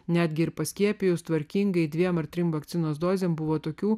netgi ir paskiepijus tvarkingai dviem ar trim vakcinos dozė buvo tokių